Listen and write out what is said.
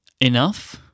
enough